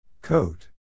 Coat